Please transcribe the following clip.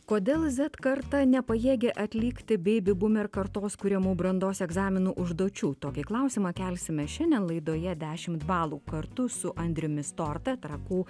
kodėl zet karta nepajėgi atlikti beibi bumer kartos kuriamų brandos egzaminų užduočių tokį klausimą kelsime šiandien laidoje dešimt balų kartu su andriumi storta trakų